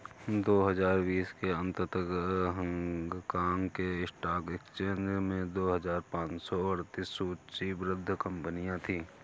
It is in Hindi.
दो हजार बीस के अंत तक हांगकांग के स्टॉक एक्सचेंज में दो हजार पाँच सौ अड़तीस सूचीबद्ध कंपनियां थीं